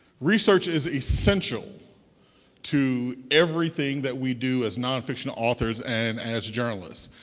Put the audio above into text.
research is essential to everything that we do as nonfiction authors and as journalists.